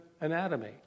anatomy